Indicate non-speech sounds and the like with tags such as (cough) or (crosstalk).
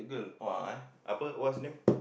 oh (noise) eh apa what's the name